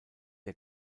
der